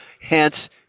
Hence